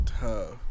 tough